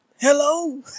Hello